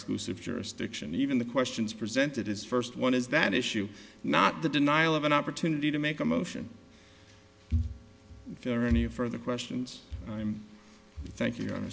exclusive jurisdiction even the questions presented his first one is that issue not the denial of an opportunity to make a motion for any further questions thank you and